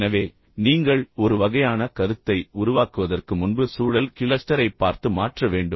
எனவே நீங்கள் ஒரு வகையான கருத்தை உருவாக்குவதற்கு முன்பு சூழல் கிளஸ்டரைப் பார்த்து மாற்ற வேண்டும்